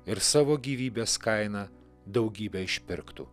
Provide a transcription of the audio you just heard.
ir savo gyvybės kaina daugybę išpirktų